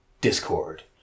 Discord